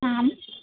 आम्